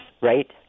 Right